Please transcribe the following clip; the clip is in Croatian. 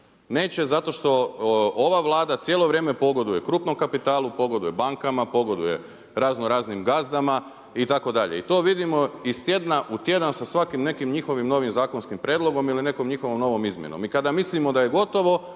Neće zato što ova Vlada cijelo vrijeme pogoduje krupnom kapitalu, pogoduje bankama, pogoduje razno raznim gazdama itd. I to vidimo iz tjedna u tjedan sa svakim nekim njihovim novim zakonskim prijedlogom ili nekom njihovom novom izmjenom. I kada mislimo da je gotovo